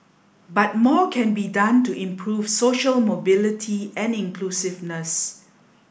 but more can be done to improve social mobility and inclusiveness